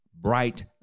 bright